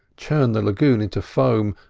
churn the lagoon into foam,